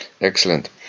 Excellent